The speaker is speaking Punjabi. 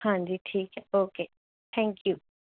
ਹਾਂਜੀ ਠੀਕ ਹੈ ਓਕੇ ਥੈਂਕ ਯੂ